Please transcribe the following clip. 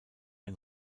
ein